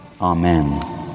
Amen